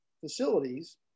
facilities